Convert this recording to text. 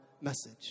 message